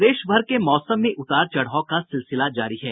प्रदेश भर के मौसम में उतार चढ़ाव का सिलसिला जारी है